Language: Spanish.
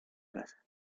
casa